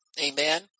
Amen